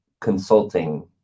consulting